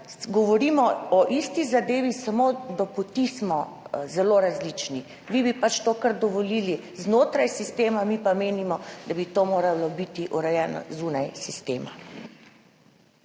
govorimo o isti zadevi, samo glede poti smo zelo različni. Vi bi to dovolili kar znotraj sistema, mi pa menimo, da bi moralo biti to urejeno zunaj sistema.